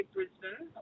Brisbane